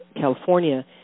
California